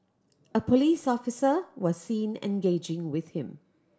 a police officer was seen engaging with him